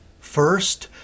First